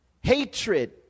hatred